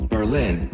Berlin